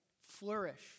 Flourish